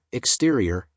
exterior